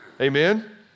Amen